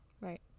Right